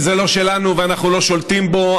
אם זה לא שלנו ואנחנו לא שולטים בו,